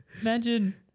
Imagine